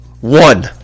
one